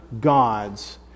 gods